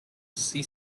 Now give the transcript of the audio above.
see